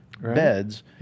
beds